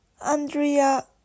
Andrea